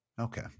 Okay